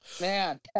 man